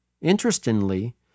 Interestingly